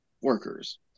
workers